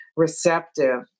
receptive